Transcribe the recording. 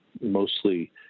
mostly